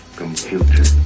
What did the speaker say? computer